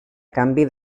canvi